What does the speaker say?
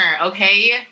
okay